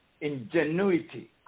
ingenuity